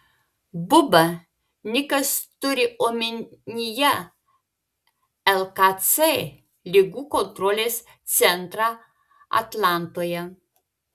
buba nikas turi omenyje lkc ligų kontrolės centrą atlantoje